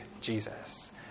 Jesus